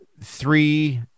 three